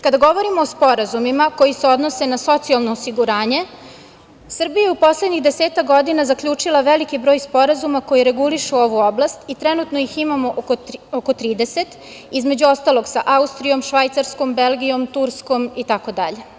Kada govorimo o sporazumima koji se odnose na socijalno osiguranje, Srbija je u poslednjih desetak godina zaključila veliki broj sporazuma koji regulišu ovu oblast i trenutno ih imamo oko 30, između ostalog, sa Austrijom, Švajcarsko, Belgijom, Turskom itd.